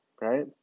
right